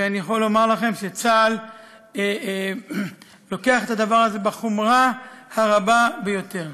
ואני יכול לומר לכם שצה"ל לוקח את הדבר הזה בחומרה הרבה ביותר.